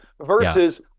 versus